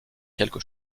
quelque